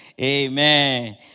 Amen